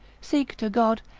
seek to god,